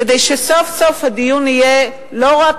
כדי שסוף-סוף הדיון יהיה לא רק,